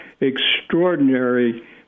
extraordinary